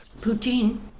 Poutine